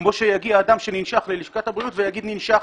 כמו שיגיע אדם ללשכת הבריאות ויגיד: ננשכתי.